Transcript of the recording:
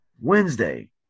Wednesday